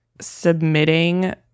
submitting